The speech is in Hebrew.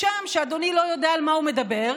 משם שאדוני לא יודע על מה הוא מדבר.